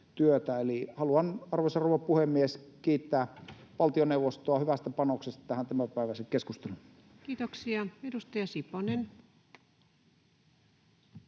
haluan, arvoisa rouva puhemies, kiittää valtioneuvostoa hyvästä panoksesta tämänpäiväiseen keskusteluun. [Speech 298] Speaker: